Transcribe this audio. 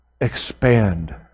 expand